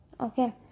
Okay